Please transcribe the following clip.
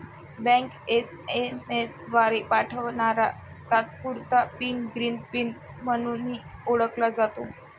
bank SMS द्वारे पाठवणारा तात्पुरता पिन ग्रीन पिन म्हणूनही ओळखला जातो